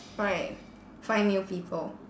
right find new people